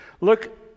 Look